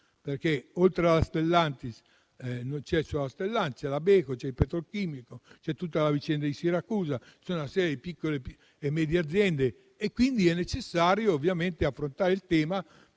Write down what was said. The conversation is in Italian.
perché, oltre alla Stellantis, c'è la Beko, c'è il petrolchimico, c'è tutta la vicenda di Siracusa, ci sono una serie di piccole e medie aziende. Quindi, è necessario affrontare questo